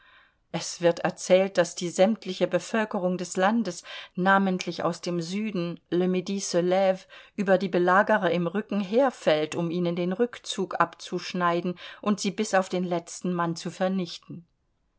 es wird erzählt daß die sämtliche bevölkerung des landes namentlich aus dem süden le midi se lve über die belagerer im rücken herfällt um ihnen den rückzug abzuschneiden und sie bis auf den letzten mann zu vernichten